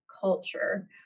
culture